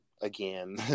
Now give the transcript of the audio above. again